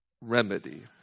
remedy